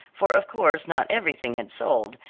for, of course, not everything had sold,